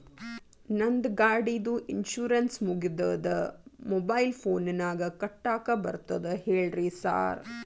ನಂದ್ ಗಾಡಿದು ಇನ್ಶೂರೆನ್ಸ್ ಮುಗಿದದ ಮೊಬೈಲ್ ಫೋನಿನಾಗ್ ಕಟ್ಟಾಕ್ ಬರ್ತದ ಹೇಳ್ರಿ ಸಾರ್?